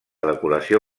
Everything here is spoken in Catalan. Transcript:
decoració